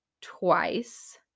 twice